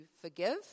forgive